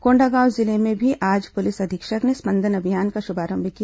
कोंडागांव जिले में भी आज पुलिस अधीक्षक ने स्पंदन अभियान का शुभारंभ किया